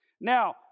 Now